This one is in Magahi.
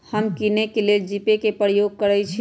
हम किने के लेल जीपे कें प्रयोग करइ छी